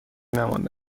نمانده